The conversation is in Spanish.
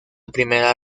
primera